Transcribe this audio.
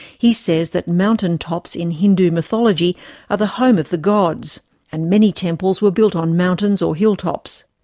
he says that mountain-tops in hindu mythology are the home of the gods and many temples were built on mountains or hilltops.